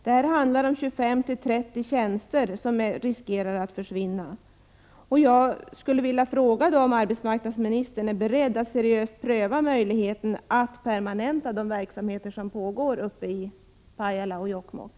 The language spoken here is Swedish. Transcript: Det handlar om 25-30 tjänster som riskerar att försvinna. Jag skulle vilja fråga om arbetsmarknadsministern är beredd att seriöst pröva möjligheten att permanenta de verksamheter som pågår uppe i Pajala och Jokkmokk.